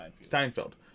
Steinfeld